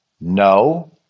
No